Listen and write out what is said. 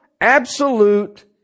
absolute